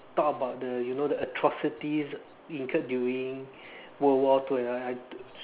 talk about the you know the atrocities incurred during world war two and all that I don't